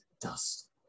dust